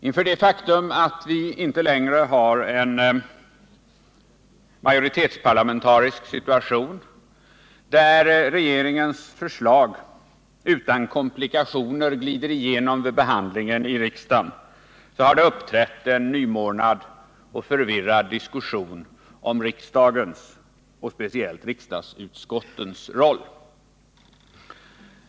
Inför det faktum att vi inte längre har en majoritetsparlamentarisk situation, där regeringens förslag utan komplikationer glider igenom vid behandlingen i riksdagen, har det uppträtt en nymornad och förvirrad diskussion om riksdagens och speciellt riksdagsutskottens roll.